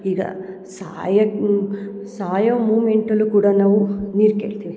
ಈಗ ಸಾಯಕ್ಕೆ ಸಾಯೋ ಮೂವ್ಮೆಂಟಲು ಕೂಡ ನಾವು ನೀರು ಕೇಳ್ತೀವಿ